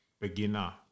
Beginner